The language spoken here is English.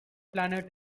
planet